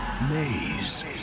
Maze